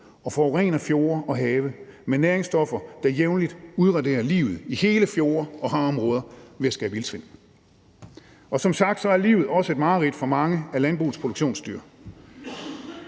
og forurener fjorde og have med næringsstoffer, der jævnligt udraderer livet i hele fjorde og havområder ved at skabe iltsvind. Og som sagt er livet også et mareridt for mange af landbrugets produktionsdyr.